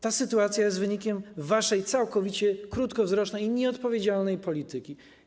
Ta sytuacja jest wynikiem waszej całkowicie krótkowzrocznej i nieodpowiedzialnej polityki.